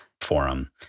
forum